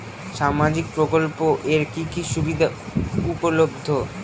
সামাজিক প্রকল্প এর কি কি সুবিধা উপলব্ধ?